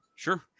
Sure